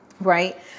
right